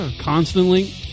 constantly